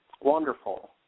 Wonderful